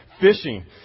fishing